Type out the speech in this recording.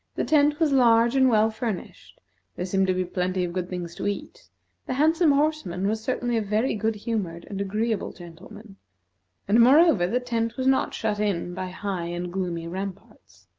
the tent was large and well furnished there seemed to be plenty of good things to eat the handsome horseman was certainly a very good-humored and agreeable gentleman and, moreover, the tent was not shut in by high and gloomy ramparts.